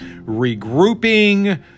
regrouping